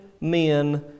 men